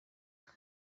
twe